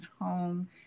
home